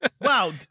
Wow